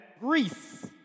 Greece